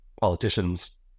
politicians